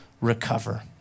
recover